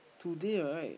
today right